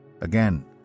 Again